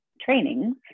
trainings